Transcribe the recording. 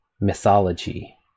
mythology